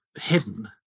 hidden